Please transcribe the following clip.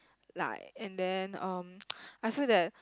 like and then um I feel that